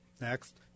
Next